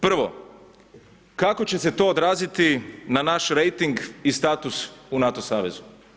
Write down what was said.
Prvo, kako će se to odraziti na naš rejting i status u NATO savezu?